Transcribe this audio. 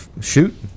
Shoot